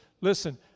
listen